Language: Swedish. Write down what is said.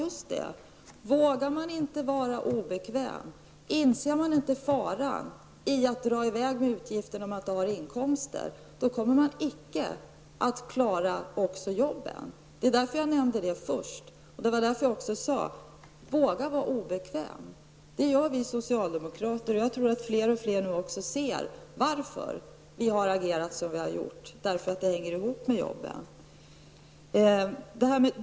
Ja just det: Vågar man inte vara obekväm, och inser man inte faran i att dra iväg med utgifterna när man inte har inkomster, då kommer man icke att klara jobben. Det var därför som jag nämnde detta först. Det var därför jag också sade: Våga vara obekväm. Det vågar vi socialdemokrater, och jag tror att allt fler nu ser varför vi har agerat som vi har gjort; det hänger ihop med jobben.